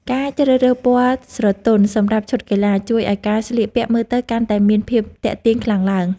ការជ្រើសរើសពណ៌ស្រទន់សម្រាប់ឈុតកីឡា ជួយឱ្យការស្លៀកពាក់មើលទៅកាន់តែមានភាពទាក់ទាញខ្លាំងឡើង។